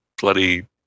bloody